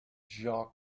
jacques